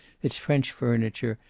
its french furniture,